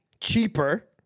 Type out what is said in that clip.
cheaper